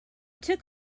took